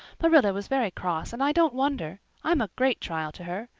marilla was very cross and i don't wonder. i'm a great trial to her.